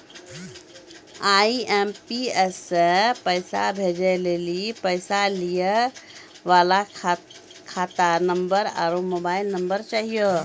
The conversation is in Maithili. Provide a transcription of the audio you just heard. आई.एम.पी.एस से पैसा भेजै लेली पैसा लिये वाला के खाता नंबर आरू मोबाइल नम्बर चाहियो